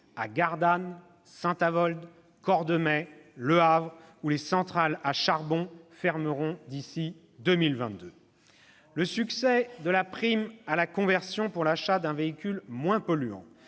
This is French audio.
à Gardanne, Saint-Avold, Cordemais, Le Havre, où les centrales à charbon fermeront d'ici 2022. « Le succès de la prime à la conversion pour l'achat d'un véhicule moins polluant